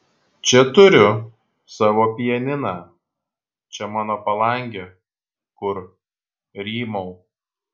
čia turiu savo pianiną čia mano palangė kur rymau